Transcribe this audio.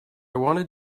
wanted